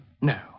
No